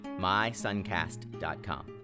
mysuncast.com